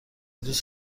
دوست